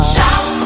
Shout